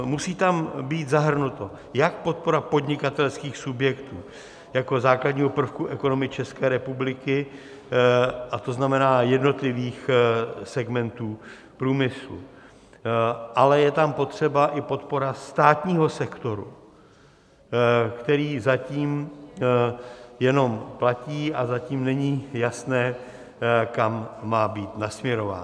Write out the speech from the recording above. Musí tam být zahrnuta jak podpora podnikatelských subjektů jako základního prvku ekonomie České republiky, to znamená jednotlivých segmentů průmyslu, ale je tam potřebná i podpora státního sektoru, který zatím jenom platí a zatím není jasné, kam má být nasměrován.